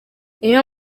iyo